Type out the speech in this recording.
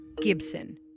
Gibson